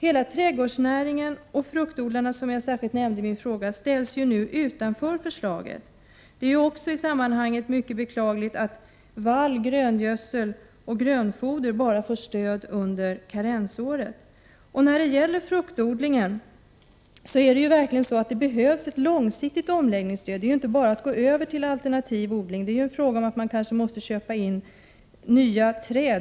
Hela trädgårdsnäringen och fruktodlarna, som jag särskilt nämnde i min fråga, ställs ju utanför förslaget. Det är i sammanhanget också mycket beklagligt att vall, gröngödsel och grönfoder bara får stöd under karensåret. När det gäller fruktodlingen behövs det verkligen ett långsiktigt omläggningsstöd. Det är inte bara att gå över till alternativodling, utan det är t.ex. fråga om att köpa in nya träd.